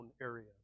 area